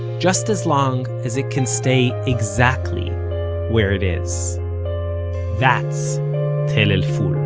just as long as it can stay exactly where it is that's tell el-ful